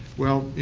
well,